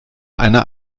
einer